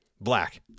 black